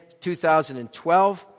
2012